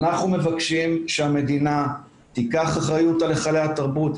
אנחנו מבקשים שהמדינה תיקח אחריות על היכלי התרבות,